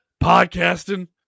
podcasting